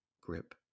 grip